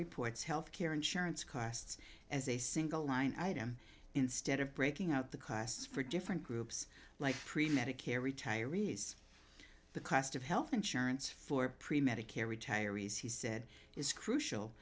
reports health care insurance costs as a single line item instead of breaking out the costs for different groups like pre medicare retirees the cost of health insurance for pre medical retirees he said is crucial